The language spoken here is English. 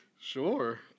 Sure